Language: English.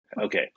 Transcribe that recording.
Okay